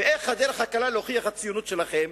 ומה הדרך הקלה להוכיח את הציונות שלכם?